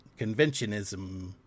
conventionism